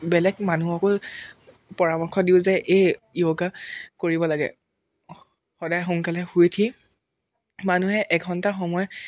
বেলেগ মানুহকো পৰামৰ্শ দিওঁ যে এই য়গা কৰিব লাগে সদায় সোনকালে শুই উঠি মানুহে এঘণ্টা সময়